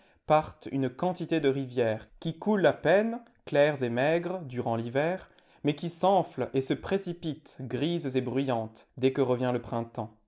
partent une quantité de rivières qui coulent à peine claires et maigres durant l'hiver mais qui s'enflent et se précipitent grises et bruyantes dès que revient le printemps